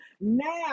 Now